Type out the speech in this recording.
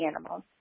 animals